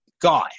guy